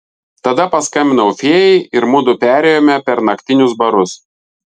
tada paskambinau fėjai ir mudu perėjome per naktinius barus